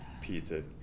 pizza